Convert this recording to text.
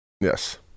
Yes